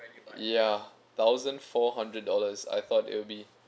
ya thousand four hundred dollars I thought it will be